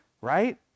right